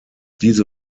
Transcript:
diese